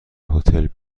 هتل